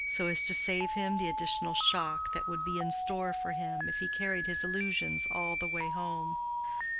so as to save him the additional shock that would be in store for him if he carried his illusions all the way home.